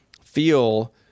feel